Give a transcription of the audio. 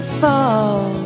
fall